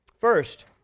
First